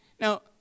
Now